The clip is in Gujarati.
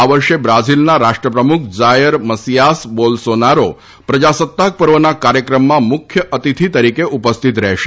આ વર્ષે બ્રાઝિલના રાષ્ટ્રપ્રમુખ જાયર મસિઆસ બોલસોનારો પ્રજાસત્તાક પર્વના કાર્યક્રમમાં મુખ્ય અતિથિ તરીકે ઉપસ્થિત રહેશે